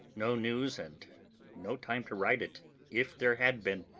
no news, and no time to write it if there had been,